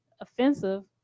offensive